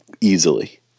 easily